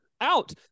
out